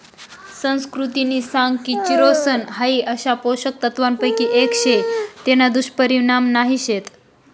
सुकृतिनी सांग की चिरोसन हाई अशा पोषक तत्वांपैकी एक शे तेना दुष्परिणाम नाही शेत